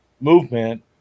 movement